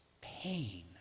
pain